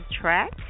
track